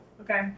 Okay